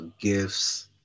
gifts